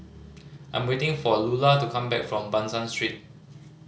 I'm waiting for Lulla to come back from Ban San Street